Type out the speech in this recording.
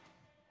התקנות אושרו,